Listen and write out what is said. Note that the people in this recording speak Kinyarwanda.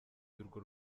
y’urwo